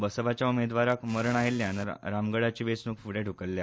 बसपाच्या उमेदवाराक मरण आयिल्ल्यान रामगडाची वेचणूक फूडे ढूकल्ल्या